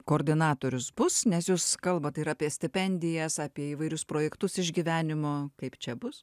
koordinatorius bus nes jūs kalbat ir apie stipendijas apie įvairius projektus iš gyvenimo kaip čia bus